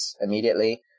immediately